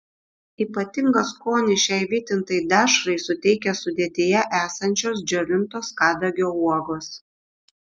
ypatingą skonį šiai vytintai dešrai suteikia sudėtyje esančios džiovintos kadagio uogos